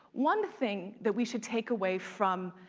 one thing that we should take away from